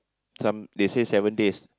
some they say seven days